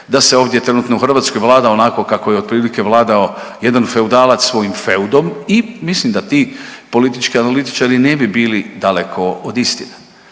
da se ovdje trenutno u Hrvatskoj vlada onako kako je otprilike vladao jedan feudalac svojim feudom i mislim da ti politički analitičari ne bi bili daleko od istine.